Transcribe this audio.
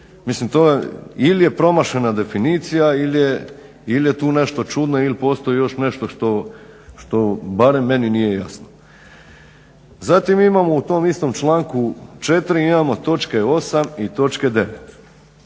mislim to je, ili je promašena definicija ili je tu nešto čudno ili postoji još nešto što barem meni nije jasno. Zatim imamo u tom istom članku 4. imamo točke 8 i točke 9..